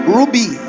Ruby